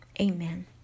Amen